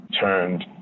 turned